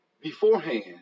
Beforehand